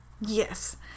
Yes